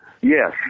Yes